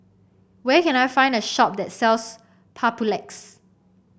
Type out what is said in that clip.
where can I find a shop that sells Papulex